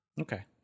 Okay